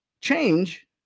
change